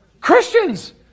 Christians